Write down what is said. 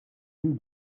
you